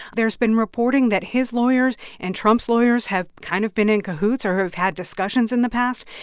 there's been reporting that his lawyers and trump's lawyers have kind of been in cahoots or have had discussions in the past.